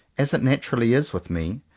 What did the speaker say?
as it naturally is with me,